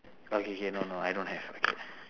okay K no no I don't have okay